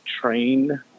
train